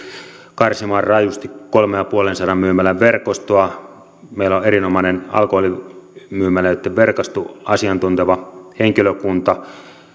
karsimaan rajusti kolmensadanviidenkymmenen myymälän verkostoa meillä on erinomainen alkoholimyymälöitten verkosto asiantunteva henkilökunta